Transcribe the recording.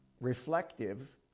reflective